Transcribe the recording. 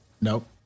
Nope